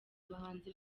abahanzi